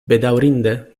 bedaŭrinde